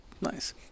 Nice